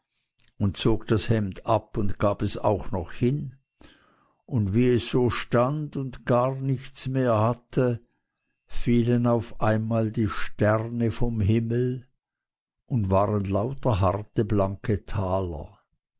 und zog das hemd ab und gab es auch noch hin und wie es so stand und gar nichts mehr hatte fielen auf einmal die sterne vom himmel und waren lauter harte blanke taler